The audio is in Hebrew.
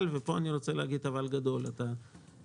אבל ופה אני רוצה להגיד אבל גדול אמרת